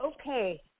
okay